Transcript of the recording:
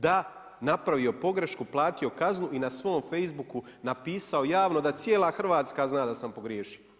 Da, napravio pogrešku, platio kaznu i na svom Facebooku napisao javno da cijela Hrvatska zna da sam pogriješio.